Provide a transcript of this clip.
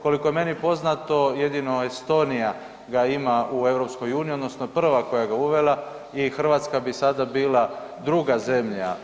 Koliko je meni poznato jedino ga Estonija ima u EU odnosno prva koja ga je uvela i Hrvatska bi sada bila druga zemlja.